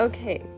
Okay